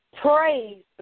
Praise